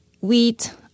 wheat